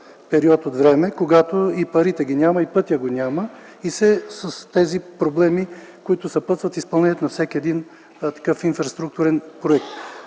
период от време, когато и парите ги няма, и пътя го няма – проблеми, които съпътстват изпълнението на всеки един такъв инфраструктурен проект.